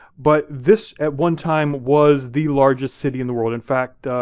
but this, at one time, was the largest city in the world. in fact,